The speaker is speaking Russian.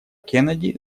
кеннеди